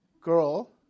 girl